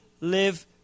live